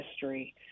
history